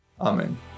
amen